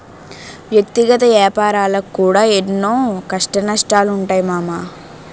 వ్యక్తిగత ఏపారాలకు కూడా ఎన్నో కష్టనష్టాలుంటయ్ మామా